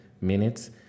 minutes